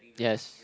yes